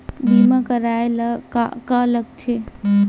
बीमा करवाय ला का का लगथे?